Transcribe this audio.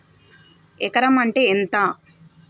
ఎకరం అంటే ఎంత?